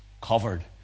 covered